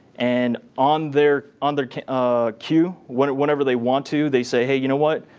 and on their on their queue, whenever whenever they want to, they say, hey, you know what,